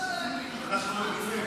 לא, אנחנו מוותרים.